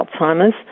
Alzheimer's